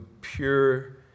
pure